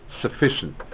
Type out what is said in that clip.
sufficient